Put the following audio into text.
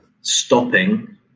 stopping